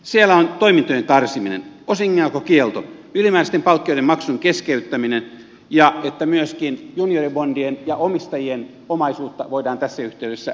siellä on toimintojen karsiminen osingonjakokielto ylimääräisten palkkioiden maksun keskeyttäminen ja myöskin se että junioribondien ja omistajien omaisuutta voidaan tässä yhteydessä leikata